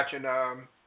watching –